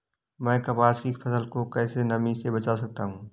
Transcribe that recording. मैं कपास की फसल को कैसे नमी से बचा सकता हूँ?